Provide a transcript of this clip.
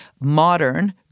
modern